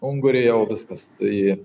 ungurį jau viskas į